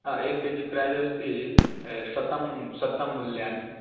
हा एकं K G price अस्ति शतं शतं मूल्यानि